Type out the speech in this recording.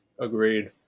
Agreed